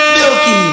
Milky